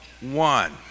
one